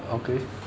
okay